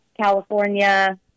California